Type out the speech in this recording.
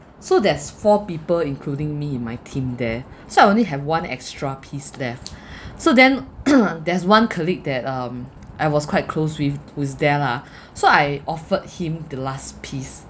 so there's four people including me and my team there so I only have one extra piece left so then there's one colleague that um I was quite close with who's there lah so I offered him the last piece